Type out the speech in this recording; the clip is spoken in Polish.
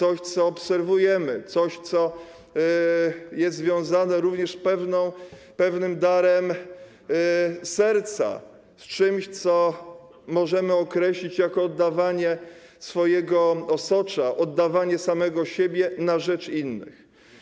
To coś, co obserwujemy, coś, co jest związane również z pewnym darem serca, z czymś, co możemy określić jako oddawanie swojego osocza, oddawanie samego siebie na rzecz innych.